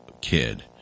kid